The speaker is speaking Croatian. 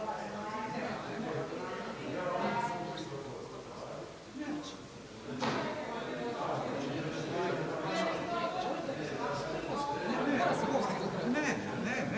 Ne, ne, ne.